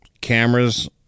Cameras